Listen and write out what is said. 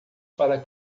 para